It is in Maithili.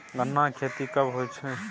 गन्ना की खेती कब होय छै?